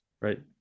Right